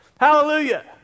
Hallelujah